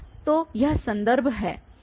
तो यह संदर्भ हैं